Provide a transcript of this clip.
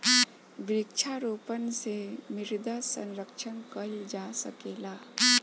वृक्षारोपण से मृदा संरक्षण कईल जा सकेला